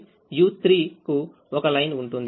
u3కు ఒక లైన్ ఉంటుంది